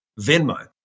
Venmo